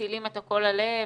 מטילים את הכול עליהם,